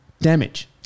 damage